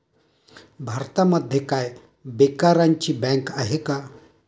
भारतामध्ये काय बेकारांची बँक आहे का?